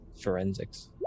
forensics